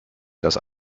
dass